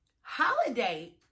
Holiday